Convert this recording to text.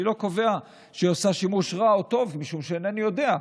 אני לא קובע שהיא עושה שימוש רע או טוב משום שאינני יודע,